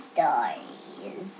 Stories